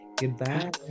Goodbye